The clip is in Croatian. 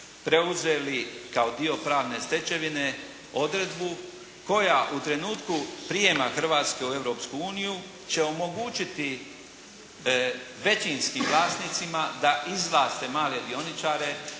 preuzeli kao dio pravne stečevine odredbu koja u trenutku prijema Hrvatske u Europsku uniju će omogućiti većinskim vlasnicima da izvlaste male dioničare